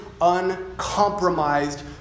uncompromised